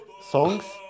songs